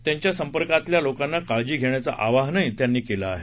त्यांच्या संपर्कातील लोकांना काळजी घेण्याचे आवाहन त्यांनी केलं आहे